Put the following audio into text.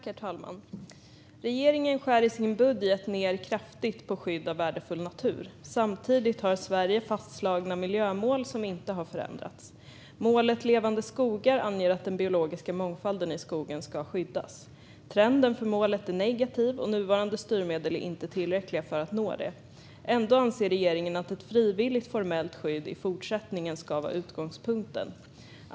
Herr talman! Regeringen skär i sin budget ned kraftigt på skydd av värdefull natur. Samtidigt har Sverige fastslagna miljömål som inte har förändrats. Målet Levande skogar anger att den biologiska mångfalden i skogen ska skyddas. Trenden för målet är negativ. Nuvarande styrmedel är inte tillräckliga för att nå det. Ändå anser regeringen att ett frivilligt formellt skydd i fortsättningen ska vara utgångspunkten.